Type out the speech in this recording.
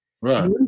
Right